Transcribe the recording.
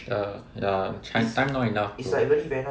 uh ya chi~ time not enough bro